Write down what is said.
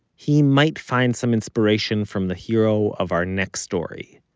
he might find some inspiration from the hero of our next story.